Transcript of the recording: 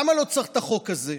למה לא צריך את החוק הזה?